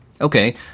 okay